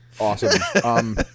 Awesome